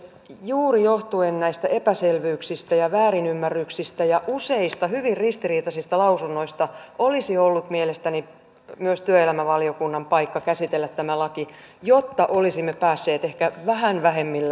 juuri johtuen näistä epäselvyyksistä ja väärinymmärryksistä ja useista hyvin ristiriitaisista lausunnoista olisi ollut mielestäni myös työelämävaliokunnan paikka käsitellä tämä laki jotta olisimme päässeet ehkä vähän vähemmillä sotkuilla